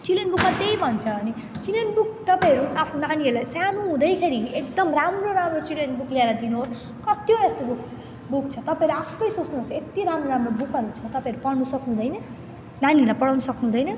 children बुकमा त्यही भन्छ अनि चिल्ड्रेन बुक तपाईँहरू आफ्नो नानीहरूलाई सानो हुँदैखेरि एकदम राम्रो राम्रो चिल्ड्रेन बुक ल्याएर दिनुहोस् कतिवटा यस्तो बुक बुक छ तपाईँहरू आफै सोच्नुहोस् यत्ति राम्रो राम्रो बुकहरू छ तपाईँहरू पढ्न सक्नुहुँदैन नानीहरूलाई पढाउनु सक्नुहुँदैन